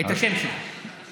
לקרוא את השם שלו, ובא מישהו מפה.